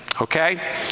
Okay